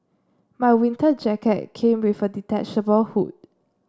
my winter jacket came with a detachable hood